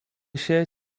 się